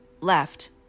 left